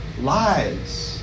Lies